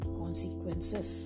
consequences